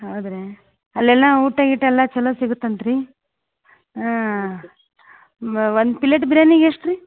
ಹೌದು ರೀ ಅಲ್ಲೆಲ್ಲ ಊಟ ಗೀಟ ಎಲ್ಲ ಚಲೋ ಸಿಗುತ್ತಂತ್ರಿ ಹಾಂ ಒನ್ ಪಿಲೆಟ್ ಬಿರ್ಯಾನಿಗೆ ಎಷ್ಟು ರೀ